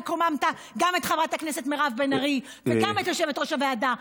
וקוממת גם את חברת הכנסת מירב בן ארי וגם את יושבת-ראש הוועדה.